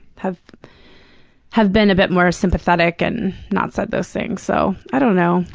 have have been a bit more sympathetic and not said those things, so. i don't know.